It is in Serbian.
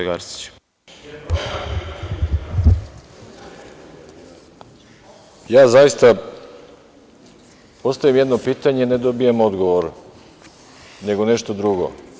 Ja zaista, postavim jedno pitanje i ne dobije odgovor, nego nešto drugo.